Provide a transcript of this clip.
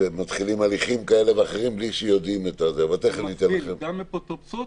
שמתחילים הליכים כאלה ואחרים בלי שיודעים --- במקביל גם באפוטרופסות